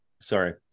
Sorry